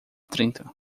trinta